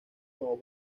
como